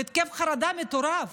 בהתקף חרדה מטורף.